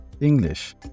English